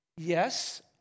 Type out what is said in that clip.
Yes